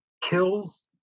Kills